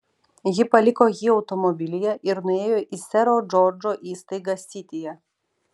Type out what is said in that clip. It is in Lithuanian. ji paliko jį automobilyje ir nuėjo į sero džordžo įstaigą sityje